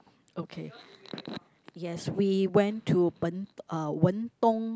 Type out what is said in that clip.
okay yes we went to Ben~ uh Wen Dong